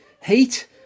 Heat